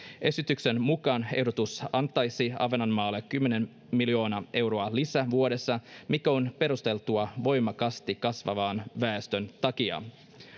esityksen mukaan ehdotus antaisi ahvenanmaalle kymmenen miljoonaa euroa lisää vuodessa mikä on perusteltua voimakkaasti kasvavan väestön takia